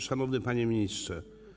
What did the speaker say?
Szanowny Panie Ministrze!